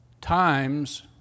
times